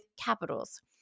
capitals